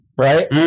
Right